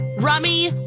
Rummy